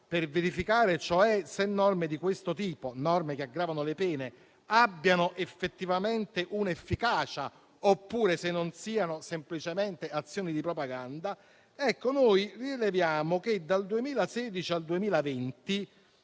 per verificare cioè se norme di questo tipo, che aggravano le pene, abbiano effettivamente un'efficacia oppure se non siano semplicemente azioni di propaganda, rileviamo che dal 2016 al 2020